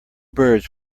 birds